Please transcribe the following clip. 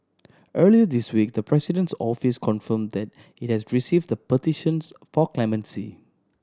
earlier this week the President's Office confirmed that it had received the petitions for clemency